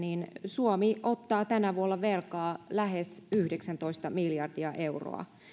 suomi ottaa tänä vuonna velkaa lähes yhdeksäntoista miljardia euroa